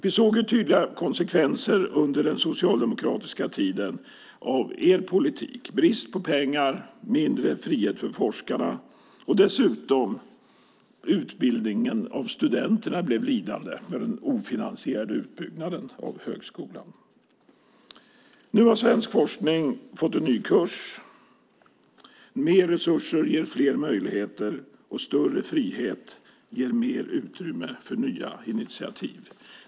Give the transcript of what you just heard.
Vi såg under den socialdemokratiska tiden tydliga konsekvenser av deras politik, brist på pengar och mindre frihet för forskarna. Dessutom blev utbildningen av studenterna lidande av den ofinansierade utbyggnaden av högskolan. Nu har svensk forskning fått en ny kurs. Mer resurser ger fler möjligheter, och större frihet ger mer utrymme för nya initiativ.